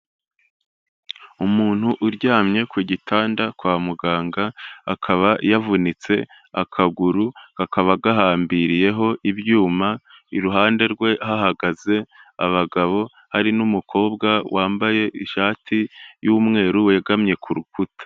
Umuntu uryamye ku gitanda kwa muganga akaba yavunitse akaguru kakaba gahambiriyeho ibyuma, iruhande rwe hahagaze abagabo hari n'umukobwa wambaye ishati y'umweru wegamye ku rukuta.